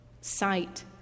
Sight